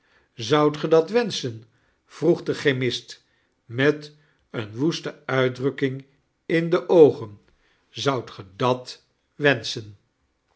zoudi ge dat wenschen vroeg de chemist met eene woeste uitdrukking in de oogen zoudt ge dat wenschen